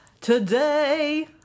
today